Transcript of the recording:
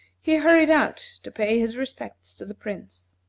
he hurried out to pay his respects to the prince.